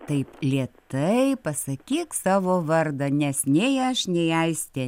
taip lėtai pasakyk savo vardą nes nei aš nei aistė